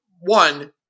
one